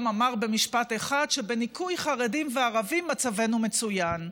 אמר במשפט אחד: בניכוי חרדים וערבים מצבנו מצוין.